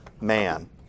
man